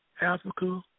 Africa